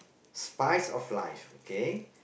spice of life okay